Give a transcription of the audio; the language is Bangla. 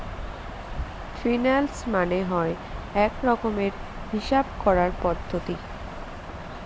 ফিন্যান্স মানে হয় এক রকমের হিসাব করার পদ্ধতি